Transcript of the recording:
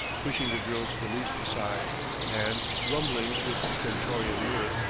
pushing the girl's valise aside and, rumbling with stentorian mirth,